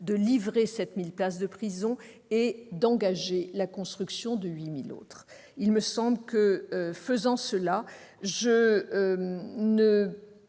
de livrer 7 000 places de prison et d'engager la construction de 8 000 autres d'ici à 2022. Faisant cela, je ne